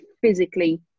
physically